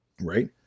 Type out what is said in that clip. Right